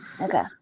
Okay